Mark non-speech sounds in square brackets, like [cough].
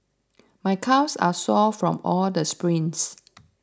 my calves are sore from all the sprints [noise]